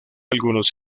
algunos